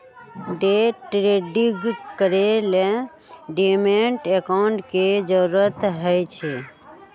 day trading करे ला demat account के जरूरत होई छई